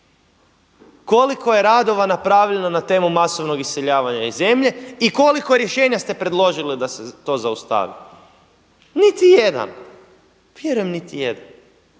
Koliko je radova napravljeno na temu masovnog iseljavanja iz zemlje i koliko rješenja ste predložili da se to zaustavi? Niti jedan, vjerujem niti jedan.